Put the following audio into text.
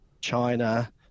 china